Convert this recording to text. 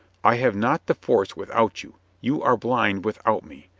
i have not the force without you, you are blind without me.